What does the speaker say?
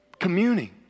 Communing